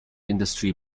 industry